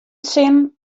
sin